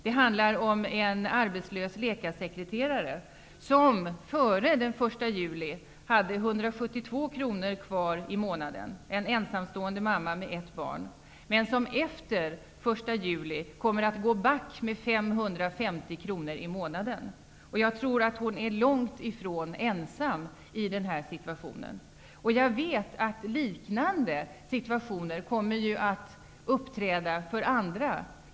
Det handlar om en arbetslös läkarsekreterare, som före den 1 juli hade 172 kr kvar i månaden. Hon är en ensamstående mamma med ett barn. Efter den 1 juli kommer hon att gå back med 550 kr i månaden. Jag tror att hon är långtifrån ensam i denna situation. Liknande situationer kommer att uppträda för andra.